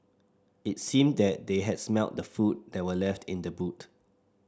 it seemed that they had smelt the food that were left in the boot